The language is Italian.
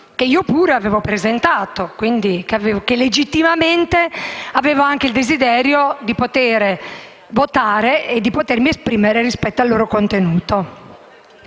che io pure avevo presentato e che, legittimamente, avevo anche il desiderio di poter votare, oltre che di potermi esprimere sul loro contenuto.